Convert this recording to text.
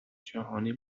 جهانی